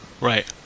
right